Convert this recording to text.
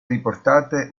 riportate